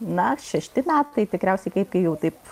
na šešti metai tikriausiai kai kai jau taip